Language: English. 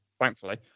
thankfully